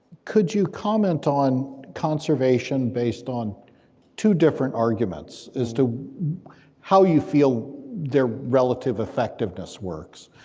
could you comment on conservation based on two different arguments, as to how you feel they're relative effectiveness works.